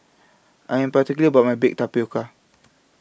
I Am particular about My Baked Tapioca